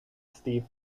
steve